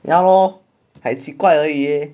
ya lor 还奇怪而已 eh